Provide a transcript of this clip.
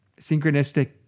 synchronistic